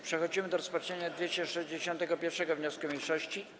Przechodzimy do rozpatrzenia 261. wniosku mniejszości.